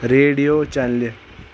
radio چینلہِ